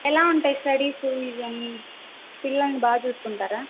ఎలా ఉంటాయి స్టడీస్ ఇవన్నీ పిల్లలిని బాగా చూసుకుంటారా